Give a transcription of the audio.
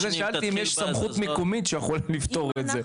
בגלל זה שאלתי אם יש סמכות מקומית שיכול לפתור את זה.